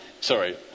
Sorry